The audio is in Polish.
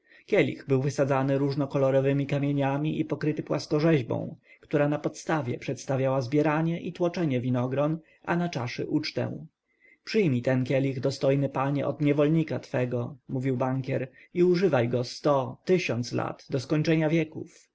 kielich był wysadzany różnokolorowemi kamieniami i pokryty płaskorzeźbą która na podstawie przedstawiała zbieranie i tłoczenie winogron a na czaszy ucztę przyjmij ten kielich dostojny panie od niewolnika twego mówił bankier i używaj go sto tysiąc lat do skończenia wieków